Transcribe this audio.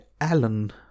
Alan